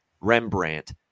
Rembrandt